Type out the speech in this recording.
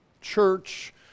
church